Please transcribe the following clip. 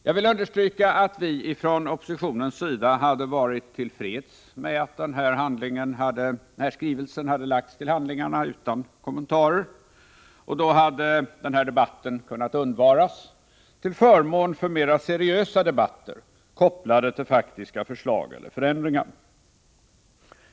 Jag vill understryka att vi från oppositionens sida hade varit till freds med att skrivelsen hade lagts till handlingarna utan kommentarer. Då hade den här debatten kunnat undvaras — till förmån för mera seriösa debatter, kopplade till faktiska förslag eller förändringar.